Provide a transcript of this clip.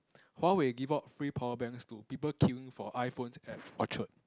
Huawei give out free power banks to people queuing for iPhones at Orchard